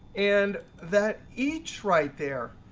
and that each right there,